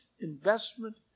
investment